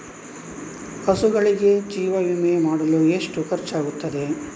ಹಸುಗಳಿಗೆ ಜೀವ ವಿಮೆ ಮಾಡಲು ಎಷ್ಟು ಖರ್ಚಾಗುತ್ತದೆ?